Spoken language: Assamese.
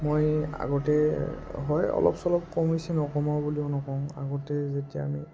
মই আগতে হয় অলপ চলপ কমিছে নকমা বুলিও নকওঁ আগতে যেতিয়া আমি